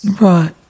Right